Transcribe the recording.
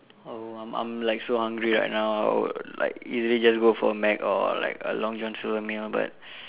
oh I'm I'm like so hungry right now I would like usually just go for a Mac or like a Long John Silver meal but